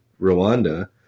Rwanda